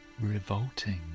revolting